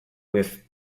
with